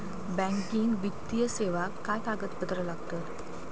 Banking वित्तीय सेवाक काय कागदपत्र लागतत?